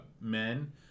men